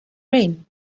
rain